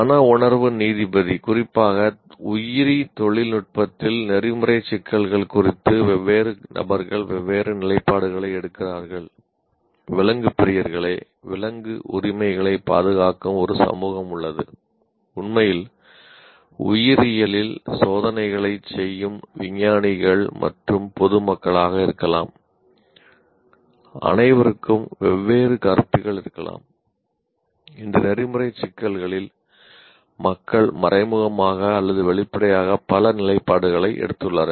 மனவுணர்வு நீதிபதி குறிப்பாக உயிரி தொழில்நுட்பத்தில் நெறிமுறை சிக்கல்கள் குறித்து வெவ்வேறு நபர்கள் வெவ்வேறு நிலைப்பாடுகளை எடுக்கிறார்கள் விலங்கு பிரியர்களே விலங்கு உரிமைகளைப் பாதுகாக்கும் ஒரு சமூகம் உள்ளது உண்மையில் உயிரியலில் சோதனைகளைச் செய்யும் விஞ்ஞானிகள் மற்றும் பொது மக்களாக இருக்கலாம் அனைவருக்கும் வெவ்வேறு கருத்துக்கள் இருக்கலாம் இந்த நெறிமுறை சிக்கல்களில் மக்கள் மறைமுகமாக அல்லது வெளிப்படையாக பல நிலைப்பாடுகளை எடுத்துள்ளனர்